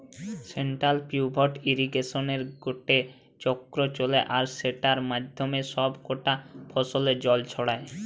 central pivot ইর্রিগেশনে গটে চক্র চলে আর সেটার মাধ্যমে সব কটা ফসলে জল ছড়ায়